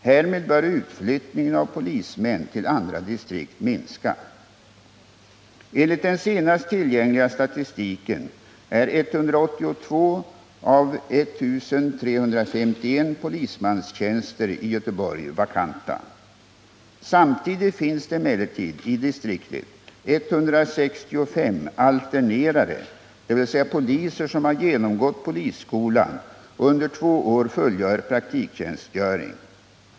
Härmed bör utflyttningen av polismän till andra Enligt den senast tillgängliga statistiken är 182 av 1 351 polismanstjänster i Göteborg vakanta. Samtidigt finns det emellertid i distriktet 165 ”alternerare”, dvs. poliser som har genomgått polisskolan och under två år fullgör praktiktjänstgöring.